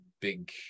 big